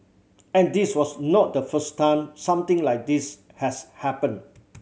and this was not the first time something like this has happened